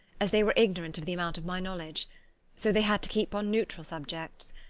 as they were ignorant of the amount of my knowledge so they had to keep on neutral subjects.